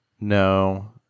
No